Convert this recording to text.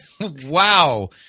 Wow